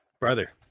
brother